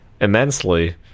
immensely